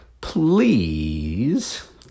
please